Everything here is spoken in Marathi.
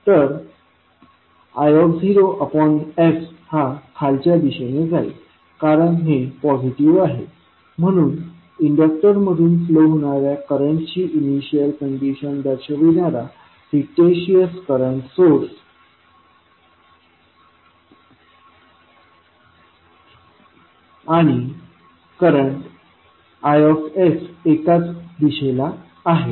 तर i0 s हा खालच्या दिशेने जाईल कारण हे पॉझिटिव्ह आहे म्हणून इंडक्टर मधून फ्लो होणाऱ्या करंटची इनिशियल कंडिशन दर्शविणारा फिक्टिशस करंट सोर्स आणि करंट I एकाच दिशेला आहे